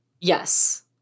Yes